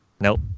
Nope